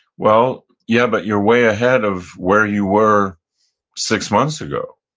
well, yeah, but you're way ahead of where you were six months ago.